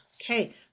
Okay